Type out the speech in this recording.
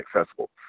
accessible